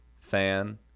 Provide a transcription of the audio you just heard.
fan